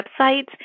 websites